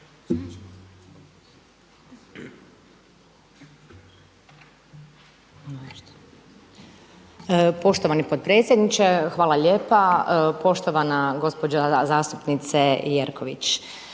Poštovani potpredsjedniče, hvala lijepa, poštovana gospođa zastupnice Jerković.